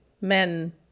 men